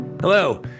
Hello